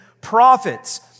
prophets